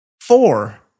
Four